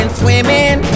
swimming